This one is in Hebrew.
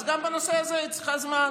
אז גם בנושא הזה היא צריכה זמן.